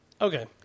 okay